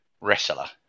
wrestler